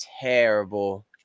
terrible